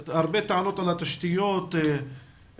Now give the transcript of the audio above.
יש הרבה טענות על התשתיות הפיזיות.